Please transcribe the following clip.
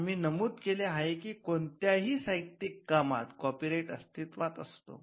आम्ही नमूद केले आहे की कोणत्याही साहित्यिक कामात कॉपीराइट अस्तित्त्वात असतो